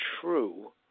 true